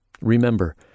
Remember